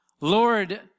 Lord